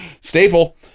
Staple